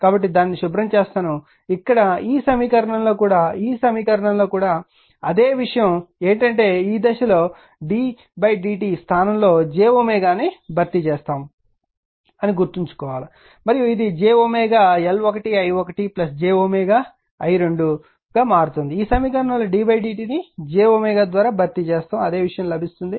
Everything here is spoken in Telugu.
కాబట్టి నేను దానిని శుభ్రం చేస్తాను ఇక్కడ ఈ సమీకరణంలో కూడా ఈ సమీకరణంలో కూడా అదే విషయం ఏమిటంటే ఈ దశలో d dt స్థానంలో j ని భర్తీ చేస్తాము అని గుర్తుంచుకోవాలి మరియు ఇది j L1i1 j M i2 గా మారుతుంది ఈ సమీకరణంలో d dt ని jద్వారా భర్తీ చేస్తే అదే విషయం లభిస్తుంది